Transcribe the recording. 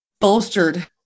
bolstered